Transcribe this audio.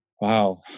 Wow